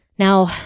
Now